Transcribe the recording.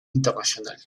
internacional